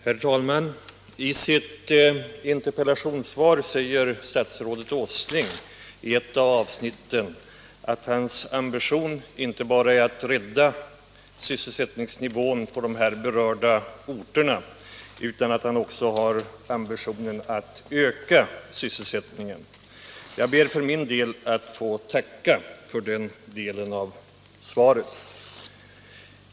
Herr talman! I ett avsnitt av sitt interpellationssvar säger statsrådet Åsling inte bara att hans ambition är att rädda sysselsättningsnivån på de här berörda orterna utan att han också har ambitionen att öka sysselsättningen. Jag ber för min del att få tacka för den delen av svaret.